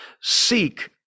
Seek